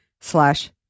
slash